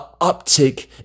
uptick